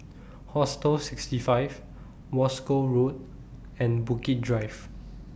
Hostel sixty five Wolskel Road and Bukit Drive